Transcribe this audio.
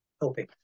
helping